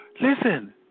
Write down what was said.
Listen